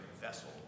vessel